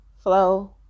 flow